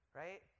right